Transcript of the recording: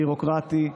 ביורוקרטי,